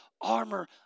armor